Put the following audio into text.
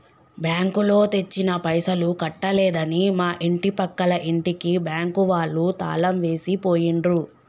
బ్యాంకులో తెచ్చిన పైసలు కట్టలేదని మా ఇంటి పక్కల ఇంటికి బ్యాంకు వాళ్ళు తాళం వేసి పోయిండ్రు